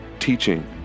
teaching